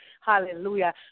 hallelujah